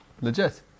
legit